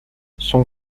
son